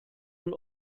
und